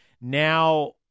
now